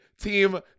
team